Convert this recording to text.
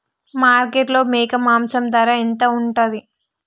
మార్కెట్లో మేక మాంసం ధర ఎంత ఉంటది?